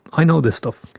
i know this stuff.